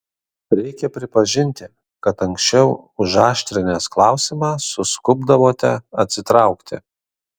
reikia pripažinti kad anksčiau užaštrinęs klausimą suskubdavote atsitraukti